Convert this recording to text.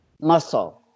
Muscle